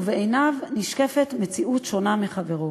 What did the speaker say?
ובעיניו נשקפת מציאות שונה משל חברו.